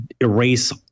erase